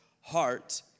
heart